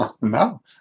no